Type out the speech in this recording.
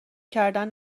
کردن